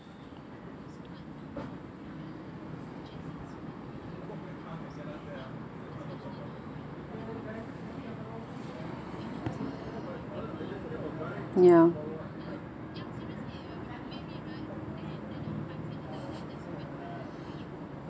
ya